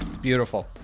Beautiful